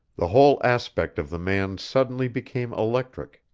the whole aspect of the man suddenly became electric,